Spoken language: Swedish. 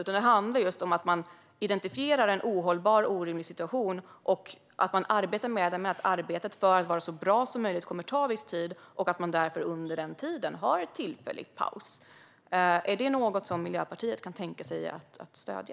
Det handlar om att identifiera en ohållbar och orimlig situation. Det arbete som måste göras för att det ska bli så bra som möjligt kommer att ta viss tid, och under den tiden kan man ta en tillfällig paus. Är det något som Miljöpartiet kan tänka sig att stödja?